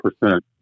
percent